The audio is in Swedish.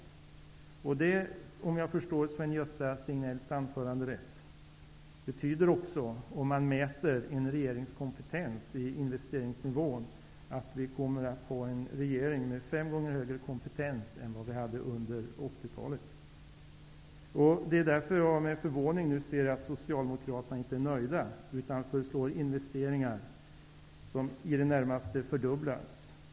Det betyder också -- om jag förstått Sven-Gösta Signells anförande rätt -- att om man mäter en regerings kompetens genom investeringsnivån, kommer vi att ha en regering med fem gånger högre kompetens än vad vi hade under 80-talet. Det är därför med förvåning vi nu ser att Socialdemokraterna inte är nöjda, utan föreslår att investeringarna i det närmaste skall fördubblas.